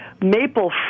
maple